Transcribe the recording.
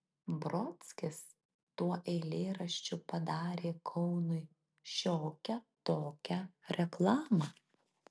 brodskis tuo eilėraščiu padarė kaunui šiokią tokią reklamą